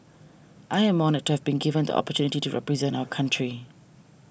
I am honoured to have been given the opportunity to represent our country